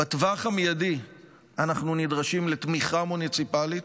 בטווח המיידי אנחנו נדרשים לתמיכה מוניציפלית,